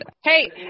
Hey